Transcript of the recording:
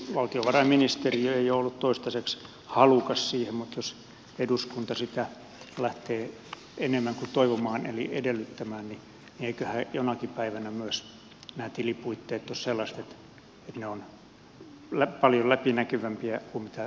valtiovarainministeriö ei ole ollut toistaiseksi halukas siihen mutta jos eduskunta sitä lähtee enemmän kuin toivomaan eli edellyttämään niin eivätköhän jonakin päivänä myös nämä tilipuitteet ole sellaiset että ne ovat paljon läpinäkyvämpiä kuin tällä hetkellä